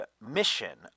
mission